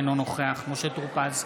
אינו נוכח משה טור פז,